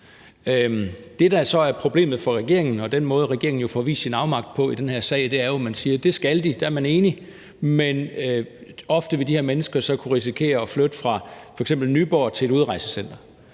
Det, der så er problemet for regeringen og den måde, regeringen får vist sin afmagt på i den her sag, er, at man siger, at det skal de, der er man enig, men ofte vil de her mennesker så kunne risikere at flytte fra f.eks. Nyborg til et udrejsecenter